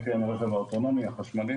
מה יקרה עם הרכב האוטונומי החשמלי?